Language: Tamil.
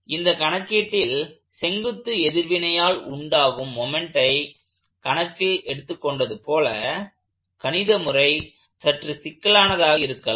இந்த கணக்கீட்டில் செங்குத்து எதிர்வினையால் உண்டாகும் மொமெண்ட்டை கணக்கில் எடுத்துக்கொண்டது போல கணித முறை சற்று சிக்கலானதாக இருக்கலாம்